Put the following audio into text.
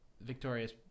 victorious